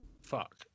Fuck